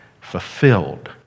fulfilled